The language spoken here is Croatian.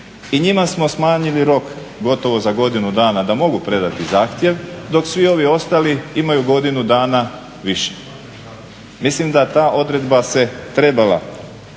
i njima smo smanjili rok gotovo za godinu dana, da mogu predati zahtjev, dok svi ovi ostali imaju godinu dana više. Mislim da ta odredba se trebala